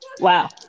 Wow